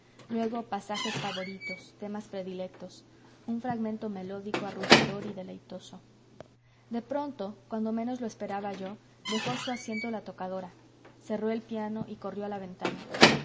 luego pasajes favoritos temas predilectos un fragmento melódico arrullador y deleitoso de pronto cuando menos lo esperaba yo dejó su asiento la tocadora cerró el piano y corrió a la ventana